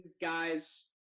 guys